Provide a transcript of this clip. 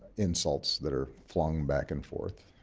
insults that are flung back and forth.